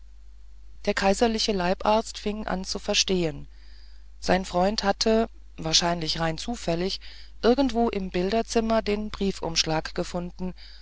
der kaiserliche leibarzt fing an zu verstehen sein freund hatte wahrscheinlich rein zufällig irgendwo im bilderzimmer den briefumschlag gefunden